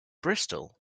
bristol